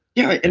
yeah. and